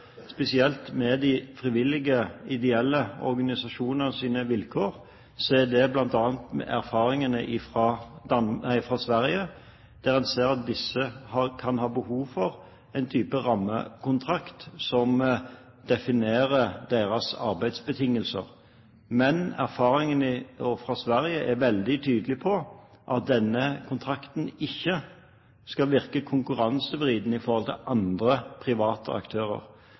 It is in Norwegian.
spesielt med de frivillige ideelle organisasjonenes vilkår, er det bl.a. på grunn av erfaringene fra Sverige, der en ser at disse kan ha behov for en type rammekontrakt som definerer deres arbeidsbetingelser. Men erfaringene fra Sverige er veldig tydelige på at denne kontrakten ikke skal virke konkurransevridende i forhold til andre private aktører.